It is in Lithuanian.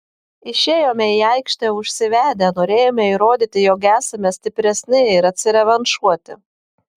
išėjome į aikštę užsivedę norėjome įrodyti jog esame stipresni ir atsirevanšuoti